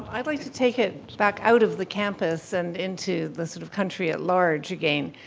i'd like to take it back out of the campus and into the sort of country at large again.